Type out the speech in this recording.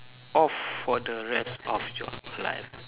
off for the rest of your life